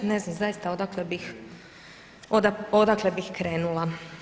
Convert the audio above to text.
Ne znam zaista odakle bih krenula.